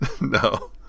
No